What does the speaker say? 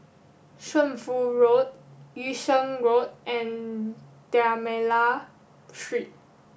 Shunfu Road Yung Sheng Road and D'almeida Street